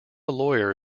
lawyer